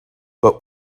but